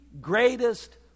greatest